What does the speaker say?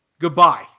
Goodbye